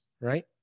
right